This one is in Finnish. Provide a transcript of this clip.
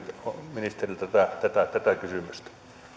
ministeriltä tätä tätä kysymystä